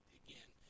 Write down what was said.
again